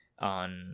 on